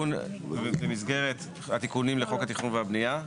במסגרת התיקונים לחוק התכנון והבנייה,